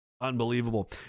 Unbelievable